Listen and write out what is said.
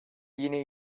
yine